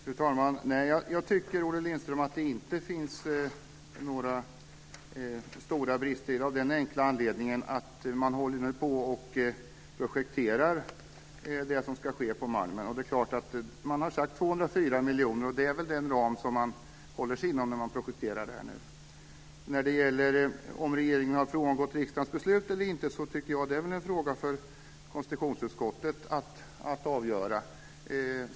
Fru talman! Jag tycker inte, Olle Lindström, att det finns stora brister av den enkla anledningen att man nu projekterar det som ska ske på Malmen. Man har sagt 204 miljoner, och det är väl den ram man håller sig inom när man nu projekterar detta. Frågan om regeringen har frångått riksdagens beslut eller inte är en fråga som konstitutionsutskottet ska avgöra.